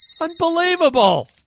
Unbelievable